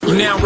Now